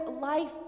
life